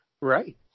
Right